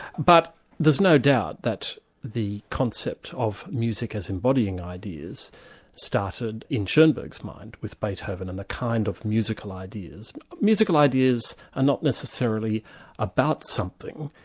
but there's no doubt that the concept of music as embodying ideas started in schoenberg's mind with beethoven and the kind of musical ideas. musical ideas are not necessarily about something,